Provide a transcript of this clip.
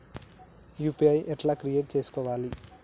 UPI ఎట్లా create చేసుకోవాలి?